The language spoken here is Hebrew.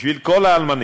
בשביל כל האלמנים